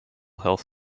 health